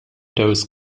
those